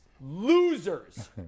Losers